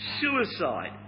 suicide